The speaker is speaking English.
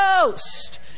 Ghost